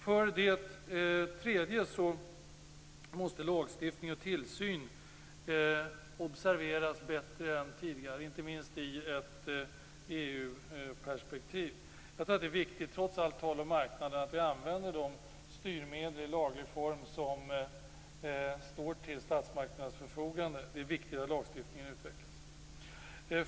För det tredje måste lagstiftning och tillsyn observeras bättre än tidigare, inte minst i ett EU-perspektiv. Trots allt tal om marknaden tror jag att det är viktigt att vi använder de styrmedel i laglig form som står till statsmakternas förfogande. Det är viktigt att lagstiftningen utvecklas.